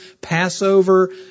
Passover